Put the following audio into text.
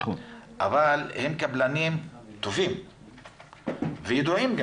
אבל הם קבלנים טובים וידועים.